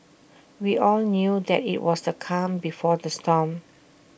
we all knew that IT was the calm before the storm